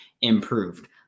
improved